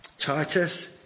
Titus